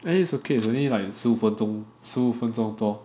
then it's okay it's only like 十五分钟多